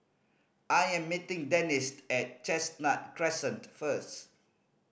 I am meeting Dennis at Chestnut Crescent first